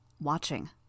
watching